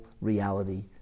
reality